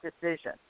decision